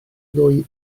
ddwy